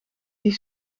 die